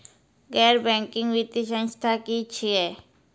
गैर बैंकिंग वित्तीय संस्था की छियै?